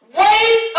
wait